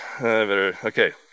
Okay